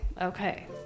okay